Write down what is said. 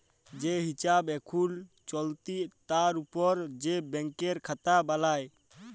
যে হিছাব এখুল চলতি তার উপর যে ব্যাংকের খাতা বালাই